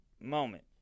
moment